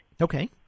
okay